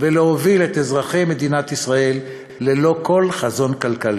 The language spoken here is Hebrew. ולהוביל את אזרחי מדינת ישראל ללא כל חזון כלכלי.